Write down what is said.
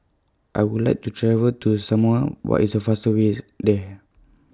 I Would like to travel to Samoa What IS The fastest Way IS There